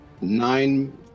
nine